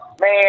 man